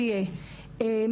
כי צויין פה,